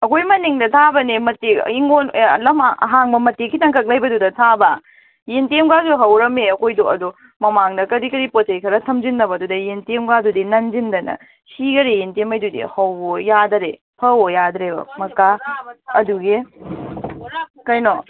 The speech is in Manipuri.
ꯑꯩꯈꯣꯏ ꯃꯅꯤꯡꯗ ꯊꯥꯕꯅꯦ ꯃꯇꯦꯛ ꯍꯤꯡꯒꯣꯜ ꯑꯦ ꯂꯝ ꯑꯍꯥꯡꯕ ꯃꯇꯦꯛ ꯈꯤꯇꯪ ꯈꯛ ꯂꯩꯕꯗꯨꯗ ꯊꯥꯕ ꯌꯦꯟꯗꯦꯝꯒꯁꯨ ꯍꯧꯔꯝꯃꯦ ꯑꯩꯈꯣꯏꯗꯣ ꯑꯗꯣ ꯃꯃꯥꯡꯗ ꯀꯔꯤ ꯀꯔꯤ ꯄꯣꯠꯆꯩ ꯈꯔ ꯊꯝꯖꯤꯟꯅꯕꯗꯨꯗꯩ ꯌꯦꯟꯗꯦꯝꯒꯥꯗꯨꯗꯤ ꯅꯟꯖꯟꯗꯅ ꯁꯤꯈꯔꯦ ꯌꯦꯟꯗꯦꯝ ꯉꯩꯗꯨꯗꯤ ꯍꯧꯋꯣ ꯌꯥꯗꯔꯦ ꯍꯧꯋꯣ ꯌꯥꯗꯔꯦꯕ ꯃꯀꯥ ꯑꯗꯨꯒꯤ ꯀꯩꯅꯣ